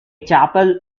chapel